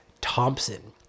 Thompson